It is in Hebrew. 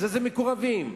איזה מקורבים?